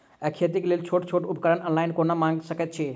खेतीक लेल छोट छोट उपकरण ऑनलाइन कोना मंगा सकैत छी?